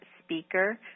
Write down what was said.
speaker